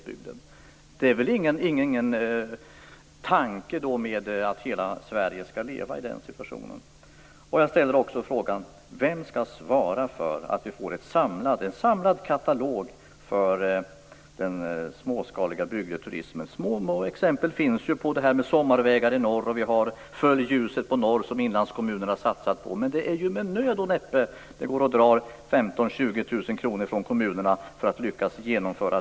Då finns det väl ingen tanke bakom detta att hela Sverige skall leva. Jag ställer också frågan: Vem skall svara för att vi får en samlad katalog för den småskaliga bygdeturismen? Det finns exempel på detta, t.ex. Sommarvägar i norr. Och vi har ju Följ ljuset på norr, som inlandskommunerna har satsat på. Men det är ju med nöd och näppe det går att dra 15 000-20 000 kr från kommunerna för att genomföra detta.